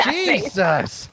Jesus